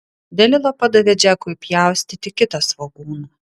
delila padavė džekui pjaustyti kitą svogūną